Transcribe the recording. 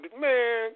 man